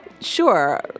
Sure